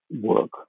work